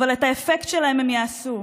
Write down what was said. אבל את האפקט שלהם הם יעשו.